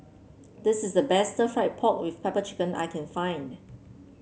this is the best fry pork with pepper chicken I can find